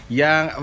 yang